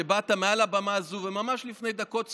שבאת מעל הבמה הזו ממש לפני דקות ספורות,